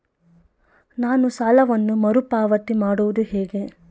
ನಾನು ಸಾಲವನ್ನು ಮರುಪಾವತಿ ಮಾಡುವುದು ಹೇಗೆ?